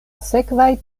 sekvaj